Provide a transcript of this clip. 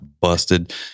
busted